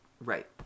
Right